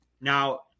Now